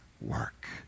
work